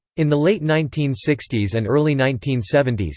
in the late nineteen sixty s and early nineteen seventy s,